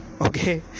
Okay